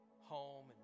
home